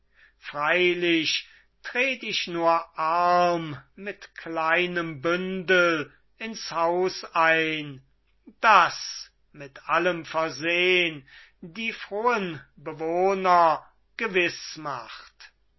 freilich tret ich nur arm mit kleinem bündel ins haus ein das mit allem versehn die frohen bewohner gewiß macht